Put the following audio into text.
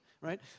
right